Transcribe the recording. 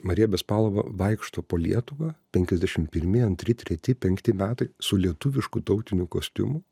marija bespalova vaikšto po lietuvą penkiasdešimt pirmi antri treti penkti metai su lietuvišku tautiniu kostiumu